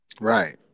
right